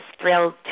thrilled